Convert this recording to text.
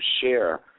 share